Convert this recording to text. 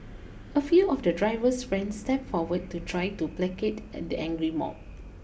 a few of the driver's friends stepped forward to try to placate at the angry mob